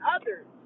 others